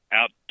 out